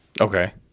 Okay